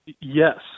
Yes